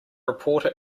reporter